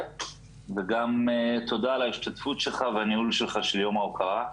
וגם תודה על ההשתתפות לך והניהול שלך של יום ההוקרה,